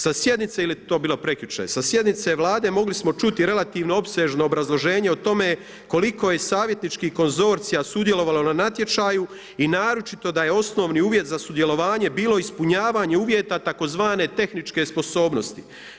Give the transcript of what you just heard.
Sa sjednice, ili je to bilo prekjučer, sa sjednice Vlade mogli smo čuti relativno opsežno obrazloženje o tome koliko je savjetničkih konzorcija sudjelovalo na natječaju i naročito da je osnovni uvjet za sudjelovanje bilo ispunjavanje uvjeta tzv. tehničke sposobnosti.